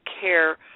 care